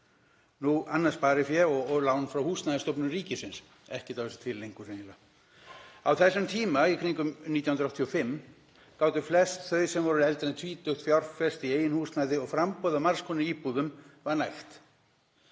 annað sparifé og lán frá Húsnæðisstofnun ríkisins. Ekkert af þessu til lengur eiginlega. Á þessum tíma, í kringum 1985, gátu flest þau sem voru eldri en tvítug fjárfest í eigin húsnæði og framboðið á margs konar íbúðum var nægt.